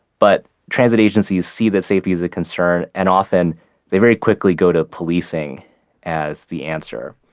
but transit agencies see that safety is a concern and often they very quickly go to policing as the answer.